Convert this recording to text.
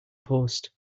post